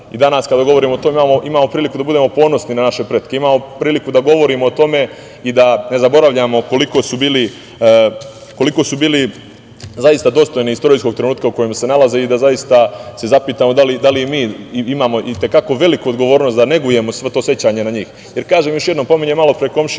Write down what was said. i danas kada govorimo o tome imamo priliku da budemo ponosi na naše pretke, imamo priliku da govorimo o tome i da ne zaboravljamo koliko su bili zaista dostojni istorijskog trenutka u kojem se nalaze i da zaista se zapitamo da li imamo i te kako veliku odgovornost da negujemo to sećanje na njih. Kažem, još jednom, pominjem malopre naše